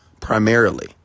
primarily